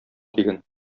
диген